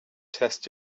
test